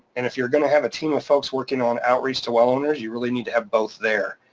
and if you're gonna have a team of folks working on outreach to well owners, you really need to have both there.